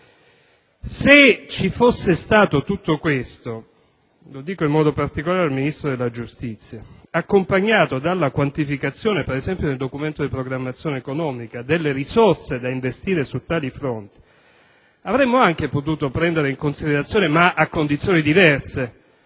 Se ci fosse stato tutto questo - lo dico in modo particolare al Ministro della giustizia - accompagnato dalla quantificazione, ad esempio nel Documento di programmazione economico-finanziaria, delle risorse da investire su tali fronti, avremmo anche potuto prendere in considerazione, ma a condizioni diverse